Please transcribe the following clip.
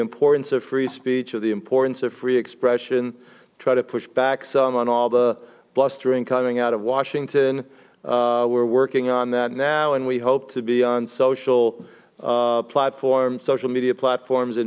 importance of free speech of the importance of free expression try to push back some on all the blustering coming out of washington we're working on that now and we hope to be on social platform social media platforms and